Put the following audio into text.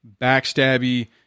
backstabby